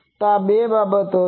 તો આ બે બાબતો છે